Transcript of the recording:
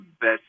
best